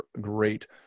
great